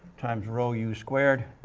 times row u squared